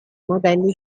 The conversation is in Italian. modelli